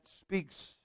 speaks